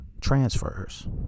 transfers